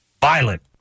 Violent